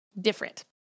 different